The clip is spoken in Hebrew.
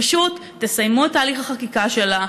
פשוט, תסיימו את תהליך החקיקה שלה.